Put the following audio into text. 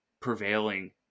prevailing